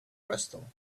crystal